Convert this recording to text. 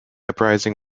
uprising